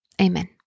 Amen